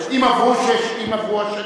אם עברו השנים,